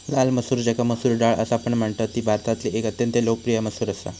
लाल मसूर ज्याका मसूर डाळ असापण म्हणतत ती भारतातील एक अत्यंत लोकप्रिय मसूर असा